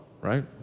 right